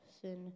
sin